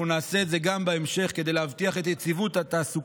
אנחנו נעשה את זה גם בהמשך כדי להבטיח את יציבות התעסוקה